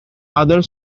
other